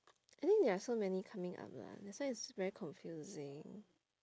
I think there are so many coming up lah that's why it's very confusing